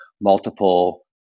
multiple